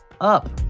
up